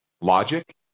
logic